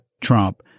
Trump